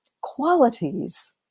qualities